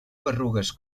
berrugues